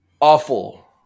awful